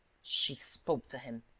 she spoke to him,